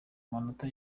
amanota